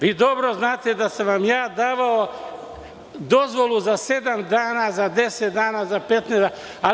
Vi dobro znate da sam vam ja davao dozvolu za sedam dana, za deset dana, za 15 dana.